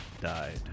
Died